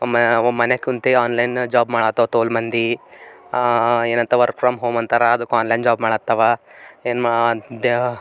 ಮ ಮನೆಗೆ ಕುಂತು ಆನ್ಲೈನ ಜಾಬ್ ಮಾಡತ್ತಾವ ತೋಲ್ ಮಂದಿ ಏನಂತಾವ ವರ್ಕ್ ಫ್ರಮ್ ಹೋಮ್ ಅಂತಾರ ಅದಕ್ಕೆ ಆನ್ಲೈನ್ ಜಾಬ್ ಮಾಡತ್ತಾವ ಏನು ಮಾ ದ